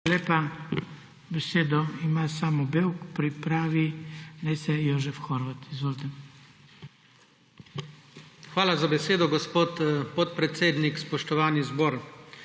Hvala za besedo, gospod podpredsednik. Spoštovani zbor!